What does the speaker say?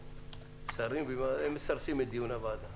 הם מסרסים את דיוני הוועדה,